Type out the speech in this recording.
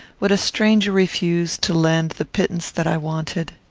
would a stranger refuse to lend the pittance that i wanted?